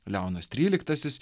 leonas tryliktasis